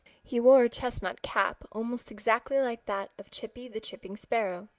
he wore a chestnut cap, almost exactly like that of chippy the chipping sparrow.